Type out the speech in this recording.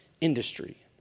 industry